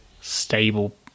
stable